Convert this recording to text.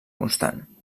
constant